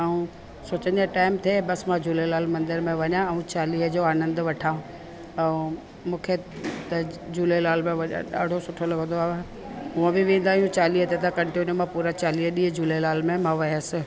ऐं सोचंदी आहियां टाइम थिए बसि मां झूलेलाल मंदर में वञा ऐं चालीहे जो आनंदु वठां ऐं मूंखे त झूलेलाल में वञणु ॾाढो सुठो लॻंदो आहे हूंअं बि वेंदा आहियूं चालीहे ते त कंटिन्यू मां पूरा चालीह ॾींहं झूलेलाल में मां वियसि